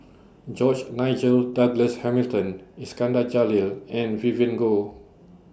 George Nigel Douglas Hamilton Iskandar Jalil and Vivien Goh